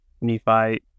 Nephi